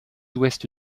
ouest